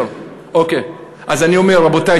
אז אני אומר: רבותי,